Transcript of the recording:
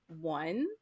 one